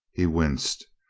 he winced.